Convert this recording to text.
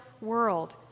world